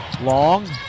Long